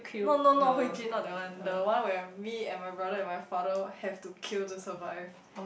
no no no Hui-Jun not that one the one where me and my brother and my father have to kill to survive